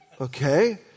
okay